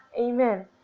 amen